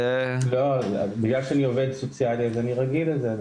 בגלל שאני עובד סוציאלי אני רגיל לזה.